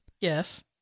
Yes